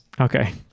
Okay